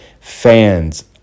fans